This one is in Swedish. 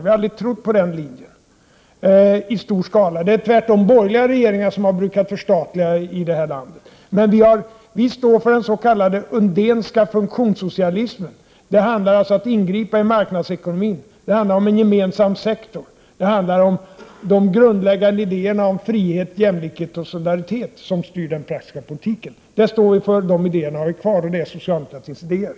Vi har aldrig trott på den linjen i stor skala. Det är tvärtom borgerliga regeringar som brukar förstatliga i det här landet. Vi står för den s.k. Undénska funktionssocialismen. Det handlar alltså om att ingripa i marknadsekonomin. Det handlar om en gemensam sektor. Det handlar om de grundläggande idéerna om frihet, jämlikhet och solidaritet, som styr den praktiska politiken. Det står vi för. De idéerna har vi kvar och det är socialdemokratins idéer.